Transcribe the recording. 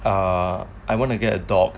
err I want to get a dog